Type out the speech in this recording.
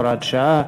הוראת שעה),